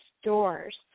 stores